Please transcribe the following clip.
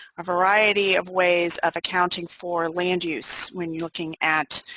a variety of ways of accounting for land use when looking at